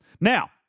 Now